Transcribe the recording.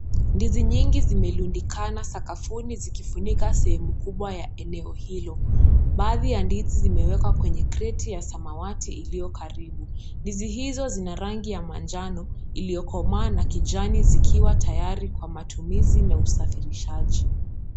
Ndizi nyingi zimerundikana sakafuni zikifunika sehemu kubwa ya eneo hilo. Baadhi ya ndizi zimewekwa kwenye kreti ya samawati iliyo karibu. Ndizi hizo zina rangi ya manjano iliyokomaa zikiwa tayari kwa matumizi na usafirishaji.